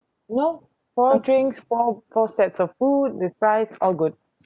no four drinks four four sets of food with fries all good